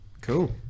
cool